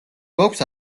გვაქვს